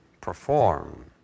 perform